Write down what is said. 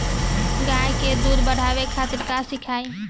गाय के दूध बढ़ावे खातिर का खियायिं?